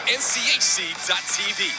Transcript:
nchc.tv